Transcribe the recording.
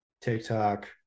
TikTok